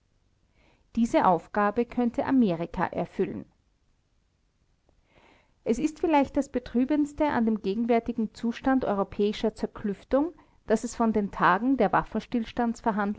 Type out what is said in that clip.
diese aufgabe könnte amerika erfüllen es ist vielleicht das betrübendste an dem gegenwärtigen zustand europäischer zerklüftung daß es von den tagen der